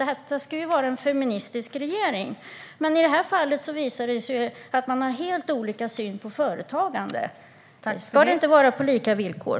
Detta ska ju vara en feministisk regering, men i det här fallet visar det sig att man har helt olika syn på företagande. Ska det inte vara samma villkor?